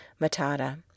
Matata